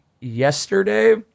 yesterday